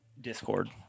Discord